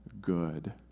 good